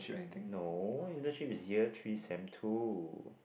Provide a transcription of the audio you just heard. no internship is year three sem two